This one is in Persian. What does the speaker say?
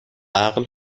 عقل